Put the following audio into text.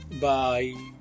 Bye